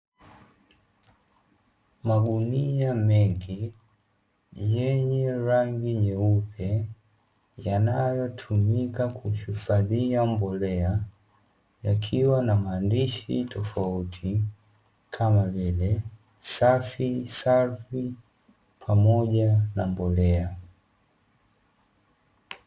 Magunia mengi yenye rangi nyeupe yanayotumika kuhifadhia mbolea, yakiwa na maandishi tofauti kama vile "SAFI SARVI" pamoja na mbolea.